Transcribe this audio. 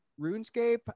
RuneScape